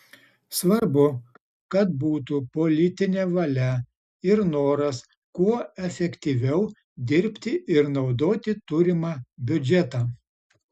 svarbu kad būtų politinė valia ir noras kuo efektyviau dirbti ir naudoti turimą biudžetą